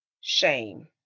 shame